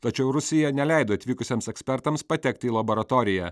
tačiau rusija neleido atvykusiems ekspertams patekti į laboratoriją